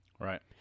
Right